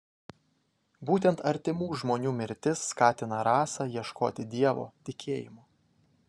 būtent artimų žmonių mirtis skatina rasą ieškoti dievo tikėjimo